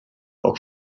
auch